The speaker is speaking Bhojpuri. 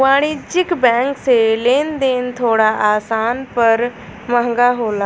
वाणिज्यिक बैंक से लेन देन थोड़ा आसान पर महंगा होला